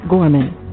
Gorman